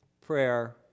Prayer